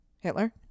Hitler